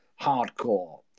hardcore